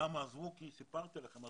אנשים עזבו כי לא